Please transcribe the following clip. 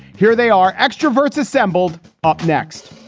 here they are, extroverts assembled. up next